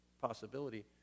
possibility